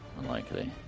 Unlikely